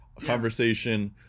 conversation